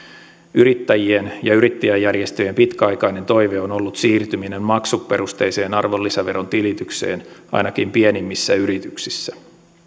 yrittäjien ja yrittäjäjärjestöjen pitkäaikainen toive on ollut siirtyminen maksuperusteiseen arvonlisäveron tilitykseen ainakin pienimmissä yrityksissä